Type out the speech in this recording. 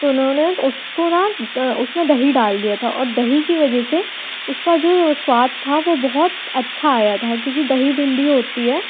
तो उन्होंने तो उसको ना उसमें दही डाल दिया था और दही की वजह से उसका जो स्वाद था वो बहुत अच्छा आया था क्योंकि दही भिन्डी होती है